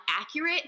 accurate